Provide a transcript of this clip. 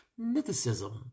mythicism